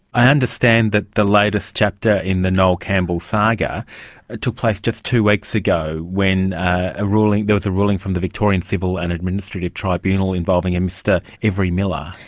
i understand that the latest chapter in the noel campbell saga ah took place just two weeks ago when a ruling, there was a ruling from the victorian civil and administrative tribunal involving a mr every-miller.